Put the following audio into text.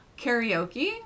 Karaoke